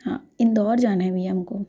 हाँ इंदौर जाना है भैया हमको